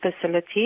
facility